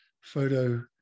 photo